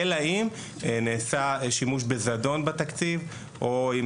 אלא אם נעשה שימוש בזדון בתקציב או אם